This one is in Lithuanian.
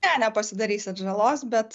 ne nepasidarysit žalos bet